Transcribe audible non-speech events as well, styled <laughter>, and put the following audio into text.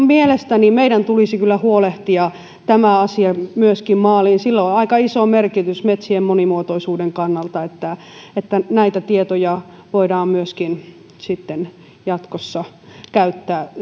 <unintelligible> mielestäni meidän tulisi kyllä huolehtia myös tämä asia maaliin on aika iso merkitys metsien monimuotoisuuden kannalta että että näitä tietoja voidaan sitten jatkossa käyttää